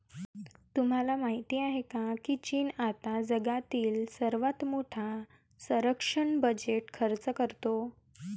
तुम्हाला माहिती आहे का की चीन आता जगातील सर्वात मोठा संरक्षण बजेट खर्च करतो?